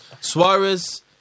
Suarez